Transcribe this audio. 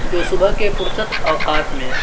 جو صبح کے فرصت اوقات میں